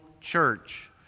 church